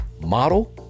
model